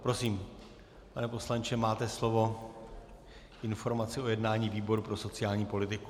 Prosím, pane poslanče, máte slovo k informaci o jednání výboru pro sociální politiku.